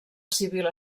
civil